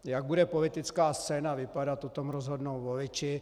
Jak bude politická scéna vypadat, o tom rozhodnou voliči.